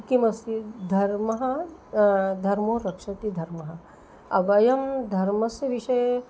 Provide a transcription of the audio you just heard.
किमस्ति धर्मः धर्मो रक्षति धर्मः वयं धर्मस्य विषये